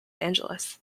angeles